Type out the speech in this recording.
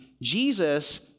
Jesus